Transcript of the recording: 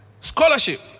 scholarship